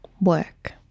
work